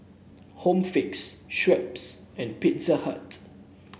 Home Fix Schweppes and Pizza Hut